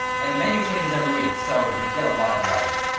and the menu changes every week, so you get a lot of variety.